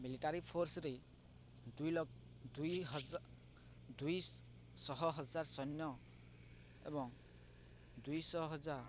military ଫୋର୍ସରେ ଦୁଇଲକ୍ ଦୁଇ ହଜ ଦୁଇଶହ ହଜାର ସୈନ୍ୟ ଏବଂ ଦୁଇଶହ ହଜାର